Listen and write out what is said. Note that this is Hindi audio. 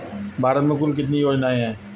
भारत में कुल कितनी योजनाएं हैं?